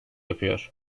yapıyor